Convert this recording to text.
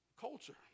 culture